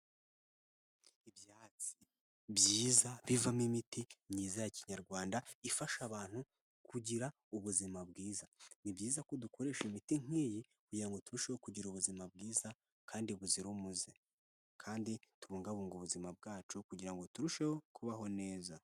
Ibyatsi byiza bivamo imiti myiza ya kinyarwanda ifasha abantu kugira ubuzima bwiza. Ni byiza ko dukoresha imiti nk'iyi kugira ngo turusheho kugira ubuzima bwiza kandi buzira umuze kandi tubungabunga ubuzima bwacu kugira ngo turusheho kubaho neza.